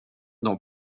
dans